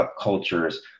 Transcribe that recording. cultures